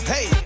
Hey